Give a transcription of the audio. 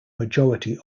majority